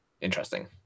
Interesting